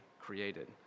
created